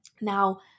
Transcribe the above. Now